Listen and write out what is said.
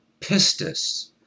pistis